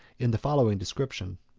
in the following description